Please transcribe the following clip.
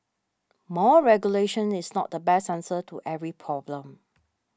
more regulation is not the best answer to every problem